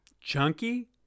Chunky